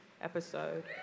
episode